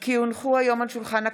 כי הונחו היום על שולחן הכנסת,